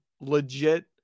legit